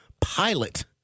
pilot